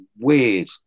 weird